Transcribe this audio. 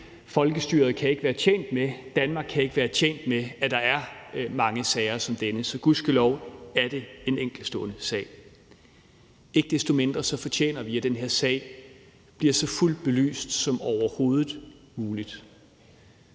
Danmark kan ikke være tjent med, at der er mange sager som denne, så gudskelov er det en enkeltstående sag. Ikke desto mindre fortjener vi, at den her sag bliver så fuldt belyst som overhovedet muligt.